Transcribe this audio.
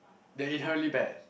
they inherently bad